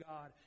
God